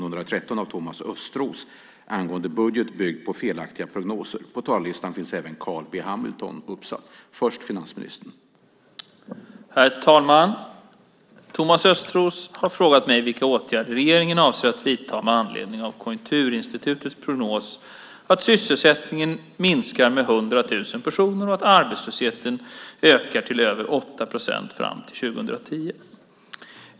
Herr talman! Thomas Östros har frågat mig vilka åtgärder regeringen avser att vidta med anledning av Konjunkturinstitutets prognos att sysselsättningen minskar med 100 000 personer och arbetslösheten ökar till över 8 procent fram till 2010.